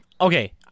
Okay